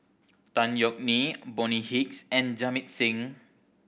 Tan Yeok Nee Bonny Hicks and Jamit Singh